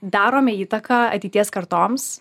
darome įtaką ateities kartoms